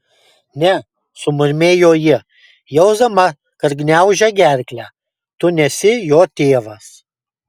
ne sumurmėjo ji jausdama kad gniaužia gerklę tu nesi jo tėvas